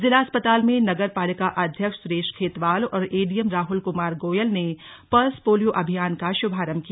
जिला अस्पताल में नगर पालिका अध्यक्ष सुरेश खेतवाल और एडीएम राहुल कुमार गोयल ने पल्स पोलियो अभियान का शुभारंभ किया